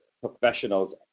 professionals